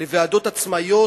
לוועדות עצמאיות,